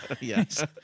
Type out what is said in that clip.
Yes